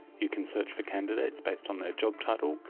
you can search for candidates based on their job title,